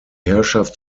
herrschaft